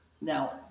Now